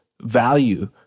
value